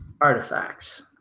artifacts